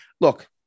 look